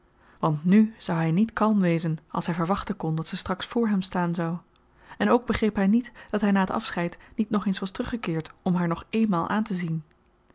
want nù zou hy niet kalm wezen als hy verwachten kon dat ze straks voor hem staan zou en ook begreep hy niet dat hy na t afscheid niet nogeens was teruggekeerd om haar nog éénmaal aantezien